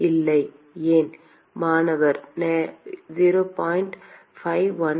இல்லை ஏன்